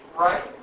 right